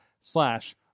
slash